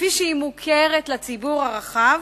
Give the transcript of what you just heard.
וכפי שהיא מוכרת לציבור הרחב,